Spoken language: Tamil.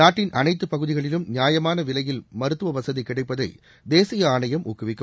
நாட்டின் அனைத்து பகுதிகளிலும் நியாயமான விலையில் மருத்துவ வசதி கிடைப்பதை தேசிய ஆணையம் ஊக்குவிக்கும்